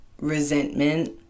resentment